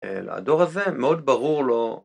אה...לדור הזה מאוד ברור לו